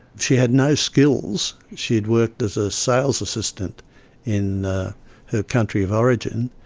she had no skills. she had worked as a sales assistant in her country of origin.